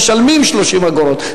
משלמים 30 אגורות.